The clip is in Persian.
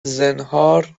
زنهار